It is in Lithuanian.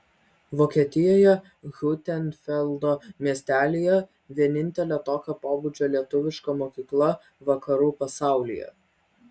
vokietijoje hiutenfeldo miestelyje vienintelė tokio pobūdžio lietuviška mokykla vakarų pasaulyje